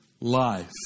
life